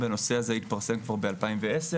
בנושא הזה התפרסם כבר ב-2010,